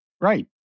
Right